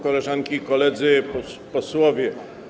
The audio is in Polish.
Koleżanki i Koledzy Posłowie!